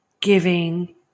giving